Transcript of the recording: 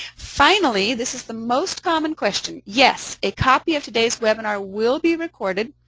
finally, this is the most common question yes, a copy of today's webinar will be recorded.